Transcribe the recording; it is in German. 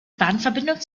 bahnverbindung